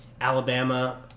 Alabama